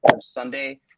Sunday